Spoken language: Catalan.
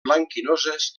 blanquinoses